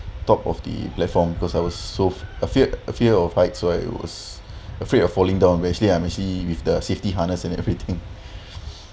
top of the platform because I was so feared a fear of heights so I was afraid of falling down where actually I'm actually with the safety harnesses and everything